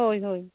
ᱦᱳᱭ ᱦᱳᱭ